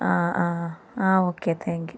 ആ ആ ആ ഓക്കെ താങ്ക്യൂ